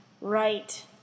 right –